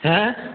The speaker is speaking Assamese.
হে